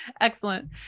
Excellent